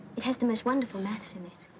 it has the most wonderful maths in it.